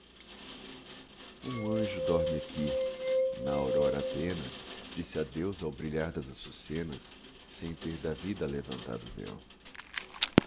um anjo dorme aqui na aurora apenas disse adeus ao brilhar das açucenas sem ter da vida alevantado o véu